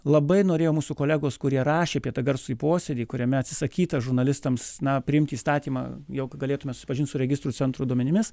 labai norėjo mūsų kolegos kurie rašė apie tą garsųjį posėdį kuriame atsisakyta žurnalistams na priimti įstatymą jog galėtumėme susipažinti su registrų centro duomenimis